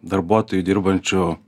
darbuotojų dirbančių